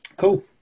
Cool